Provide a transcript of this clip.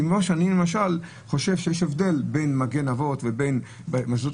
אני למשל חושב שיש הבדל בין מגן אבות ובין מוסדות